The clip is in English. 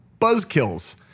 buzzkills